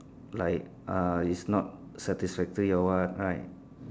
like uh is not satisfactory or what right